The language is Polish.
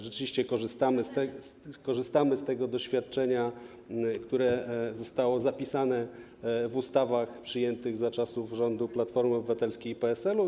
Rzeczywiście korzystamy z tego doświadczenia, które zostało zapisane w ustawach przyjętych za czasów rządów Platformy Obywatelskiej i PSL-u.